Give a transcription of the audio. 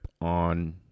on